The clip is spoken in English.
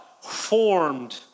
formed